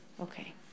Okay